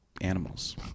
animals